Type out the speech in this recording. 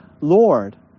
Lord